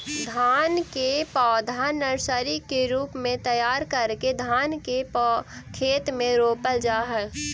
धान के पौधा नर्सरी के रूप में तैयार करके धान के खेत में रोपल जा हइ